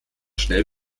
schnell